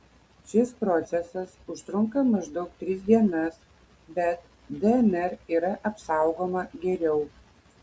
šis procesas užtrunka maždaug tris dienas bet dnr yra apsaugoma geriau